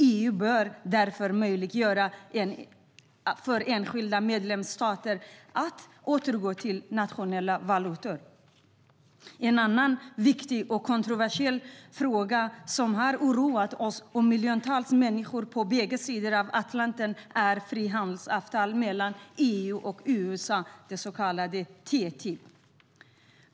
EU bör därför möjliggöra för enskilda medlemsstater att återgå till nationella valutor. En annan viktig och kontroversiell fråga som har oroat oss och miljontals människor på bägge sidor av Atlanten gäller frihandelsavtalet mellan EU och USA, det så kallade TTIP.